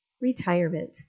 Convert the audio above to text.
Retirement